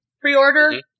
pre-order